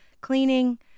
Cleaning